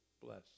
bless